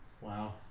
Wow